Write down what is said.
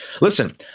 Listen